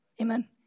Amen